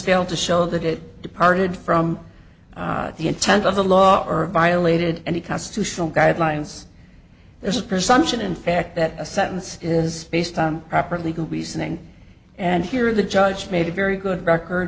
fail to show that it departed from the intent of the law or violated any constitutional guidelines there's a presumption in fact that a sentence is based on proper legal reasoning and here the judge made a very good record